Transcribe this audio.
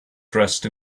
dressed